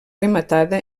rematada